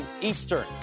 Eastern